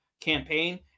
campaign